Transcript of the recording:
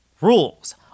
rules